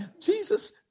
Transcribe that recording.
Jesus